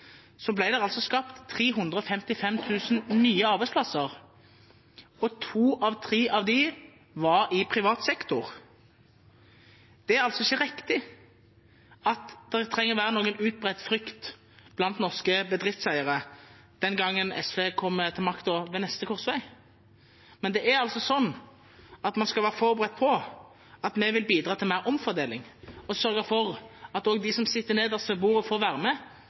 Så sier representanten Hagerup at næringslivet er truet av rød-grønne partier. Der har hun heller ikke historien på sin side, for i de årene SV satt i regjering, fra 2005 til 2013, ble det skapt 355 000 nye arbeidsplasser, og to av tre av dem var i privat sektor. Det er altså ikke riktig at det trenger å være noen utbredt frykt blant norske bedriftseiere neste gang SV kommer til makta, ved neste korsvei. Men man skal være forberedt på at vi vil bidra til mer omfordeling